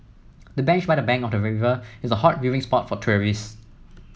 the bench by the bank of the river is a hot viewing spot for tourists